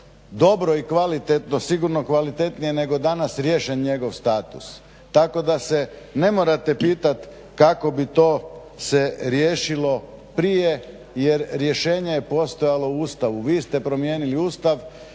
dobro i kvalitetno, sigurno kvalitetnije nego danas riješen njegov status. Tako da se ne morate pitati kako bi to se riješilo prije jer rješenje je postojalo u Ustavu. Vi ste promijenili Ustav,